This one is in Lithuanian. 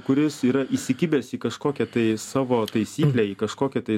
kuris yra įsikibęs į kažkokią tai savo taisyklę į kažkokią tai